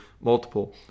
multiple